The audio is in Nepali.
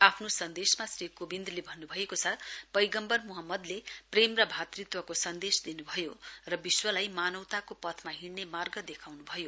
आफ्नो सन्देशमा श्री कोविन्दले भन्नुभएको छ पैगम्वर मोहम्मदले प्रेम र भातृत्वको सन्देश दिनुभयो र विश्वलाई मानवताको पथमा हिइने मार्ग देखाउनु भयो